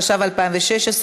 התשע"ו 2016,